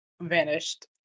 vanished